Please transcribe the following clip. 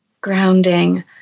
Grounding